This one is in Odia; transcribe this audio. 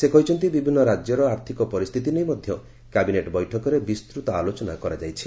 ସେ କହିଛନ୍ତି ବିଭିନ୍ନ ରାଜ୍ୟର ଆର୍ଥିକ ପରିସ୍ଥିତି ନେଇ ମଧ୍ୟ କ୍ୟାବିନେଟ୍ ବୈଠକରେ ବିସ୍ତୂତ ଆଲୋଚନା କରାଯାଇଛି